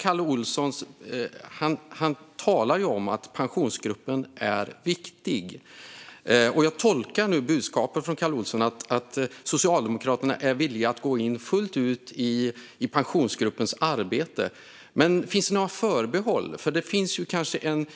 Kalle Olsson talar om att Pensionsgruppen är viktig. Jag tolkar budskapet från Kalle Olsson som att Socialdemokraterna är villiga att gå in fullt ut i Pensionsgruppens arbete. Men finns det några förbehåll? Det finns en uppfattning